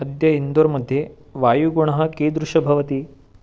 अद्य इन्दोर् मध्ये वायुगुणः कीदृशः भवति